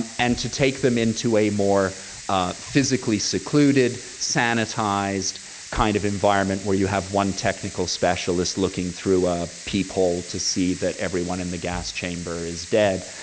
and to take them into a more physically secluded, sanitized kind of environment where you have one technical specialist looking through a peephole to see that everyone in the gas chamber is dead.